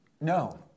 No